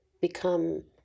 become